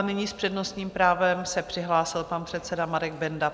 Nyní s přednostním právem se přihlásil pan předseda Marek Benda.